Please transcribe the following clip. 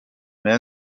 mais